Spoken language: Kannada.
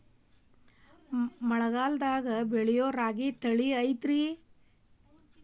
ಬರಗಾಲದಾಗೂ ಬೆಳಿಯೋ ರಾಗಿ ತಳಿ ಐತ್ರಿ?